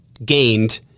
gained